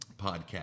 podcast